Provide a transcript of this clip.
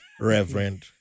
reverend